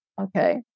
okay